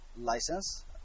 license